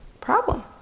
problem